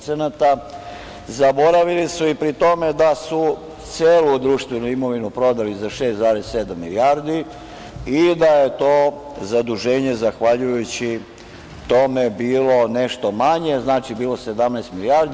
Zaboravili su i pri tome da su celu društvenu imovinu prodali za 6,7 milijardi i da je to zaduženje zahvaljujući tome bilo nešto manje, znači bilo 17 milijardi.